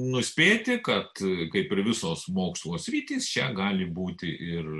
nuspėti kad kaip ir visos mokslo sritys čia gali būti ir